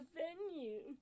venue